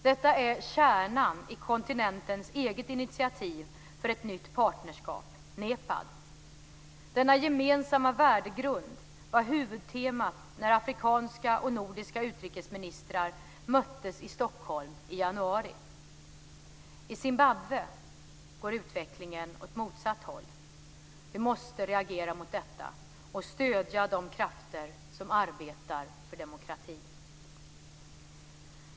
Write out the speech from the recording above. Detta är kärnan i kontinentens eget initiativ för ett nytt partnerskap, NEPAD. Denna gemensamma värdegrund var huvudtemat när afrikanska och nordiska utrikesministrar möttes i Stockholm i januari. I Zimbabwe går utvecklingen åt motsatt håll. Vi måste reagera mot detta och stödja de krafter som arbetar för demokrati.